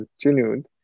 continued